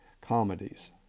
comedies